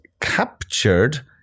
Captured